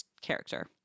character